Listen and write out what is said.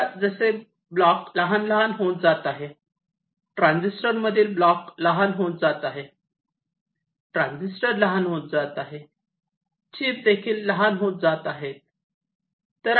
आता जसे ब्लॉक लहान लहान होत जात आहेत ट्रान्झिस्टरमधील ब्लॉक लहान होत जात आहेत ट्रांझिस्टर लहान होत आहे चिप्स देखील लहान होत आहेत